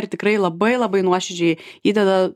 ir tikrai labai labai nuoširdžiai įdeda